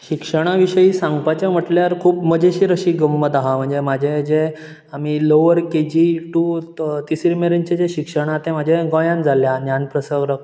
शिक्षणा विशीं सांगपाचें म्हळ्यार खूब मजेशीर अशी गम्मत आहा हांव आनी म्हाजे जे आमी लॉवर के जी टू तिसरी मेरेनचें जें शिक्षण आसा तें म्हाजें गोंयान जाल्लें आहा न्यानपसैरव